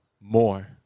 more